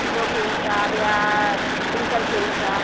kilo के हिसाब या कुंटल के हिसाब